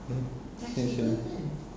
mm